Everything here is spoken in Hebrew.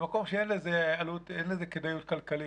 במקום שאין לזה כדאיות כלכלית,